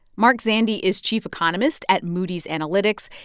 mark zandi is chief economist at moody's analytics.